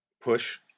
push